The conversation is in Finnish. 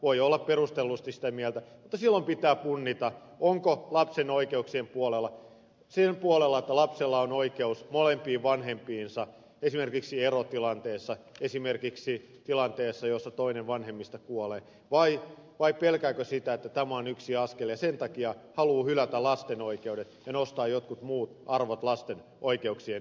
voi olla perustellusti sitä mieltä mutta silloin pitää punnita onko lapsen oikeuksien puolella sen puolella että lapsella on oikeus molempiin vanhempiinsa esimerkiksi erotilanteessa esimerkiksi tilanteessa jossa toinen vanhemmista kuolee vai pelkääkö sitä että tämä on yksi askel ja sen takia haluaa hylätä lasten oikeudet ja nostaa jotkin muut arvot lasten oikeuksien edelle